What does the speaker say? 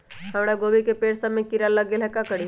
हमरा गोभी के पेड़ सब में किरा लग गेल का करी?